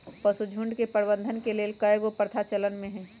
पशुझुण्ड के प्रबंधन के लेल कएगो प्रथा चलन में हइ